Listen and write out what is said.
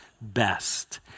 best